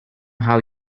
how